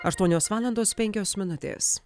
aštuonios valandos penkios minutės